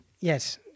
Yes